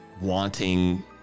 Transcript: wanting